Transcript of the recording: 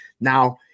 Now